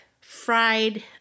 fried